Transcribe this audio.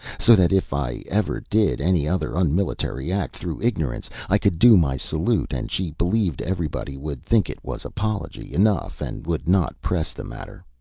so that if i ever did any other unmilitary act through ignorance i could do my salute and she believed everybody would think it was apology enough and would not press the matter.